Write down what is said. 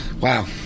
wow